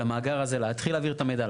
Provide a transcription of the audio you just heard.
למאגר הזה להתחיל להעביר את המידע.